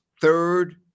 third